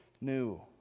new